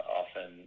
often